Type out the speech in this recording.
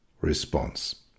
response